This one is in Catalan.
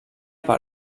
per